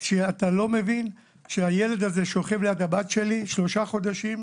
כשאתה מבין שהילד הזה ששוכב ליד הבת שלי שלושה חודשים,